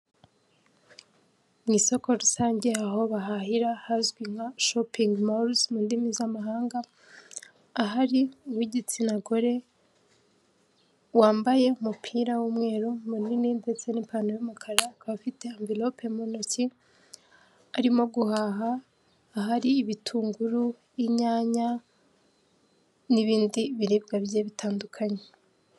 Mu isoko rusange aho bahahira hazwi nka shopingi moruzi mu ndimi z'amahanga, ahari uw'igitsina gore wambaye umupira w'umweru munini ndetse n'ipantaro y'umukara akaba afite averope mu ntoki, arimo guhaha ahari ibitunguru, inyanya n'ibindi biribwa bigiye bitandukanye.